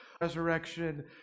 Resurrection